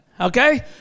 Okay